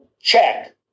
Check